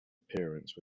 appearance